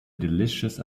delicious